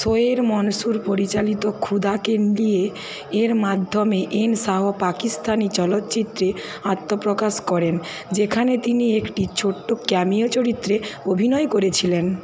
শোয়ের মনসুর পরিচালিত খুদা এর মাধ্যমে এন শাহ পাকিস্তানি চলচ্চিত্রে আত্মপ্রকাশ করেন যেখানে তিনি একটি ছোট্ট ক্যামিও চরিত্রে অভিনয় করেছিলেন